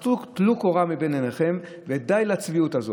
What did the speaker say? אז טלו מבין עיניכם, ודי לצביעות הזאת.